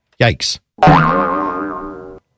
yikes